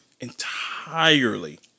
Entirely